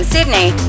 Sydney